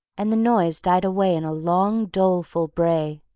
and the noise died away in a long doleful bray,